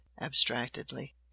abstractedly